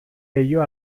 leiho